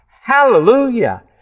Hallelujah